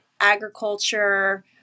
agriculture